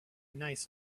nice